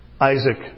Isaac